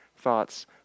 Thoughts